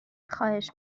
خواهش